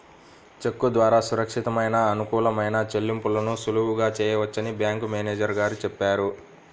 చెక్కు ద్వారా సురక్షితమైన, అనుకూలమైన చెల్లింపులను సులువుగా చేయవచ్చని బ్యాంకు మేనేజరు గారు చెప్పారు